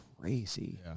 crazy